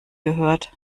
gehört